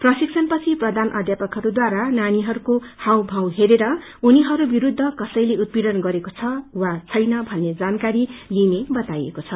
प्रशिक्षणपछि प्रधान अध्यापकहरूद्वारा नानीहरूको हावभाव हेरेर उनीहरूविरूद्ध कसैले उत्पीइन गरेको छ वा छैन भन्ने जानकारी लिइने बताइएको छ